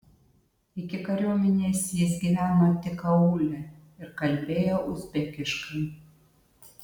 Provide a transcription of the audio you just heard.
iki kariuomenės jis gyveno tik aūle ir kalbėjo uzbekiškai